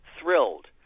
thrilled